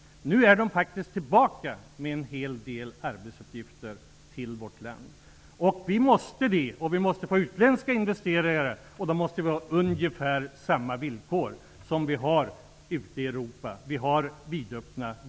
Nu är de faktiskt tillbaka med en hel del arbetsuppgifter i vårt land. Vi behöver också utländska investerare, och då måste vi ha ungefär samma villkor som man har ute i Europa. Gränserna är vidöppna.